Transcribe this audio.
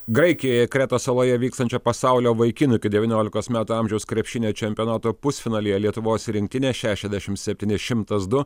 graikijoje kretos saloje vykstančio pasaulio vaikinų iki devyniolikos metų amžiaus krepšinio čempionato pusfinalyje lietuvos rinktinė šešiasdešim septyni šimtas du